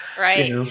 Right